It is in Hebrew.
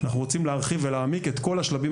אנחנו רוצים להרחיב ולהעמיק את כל השלבים